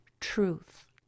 truth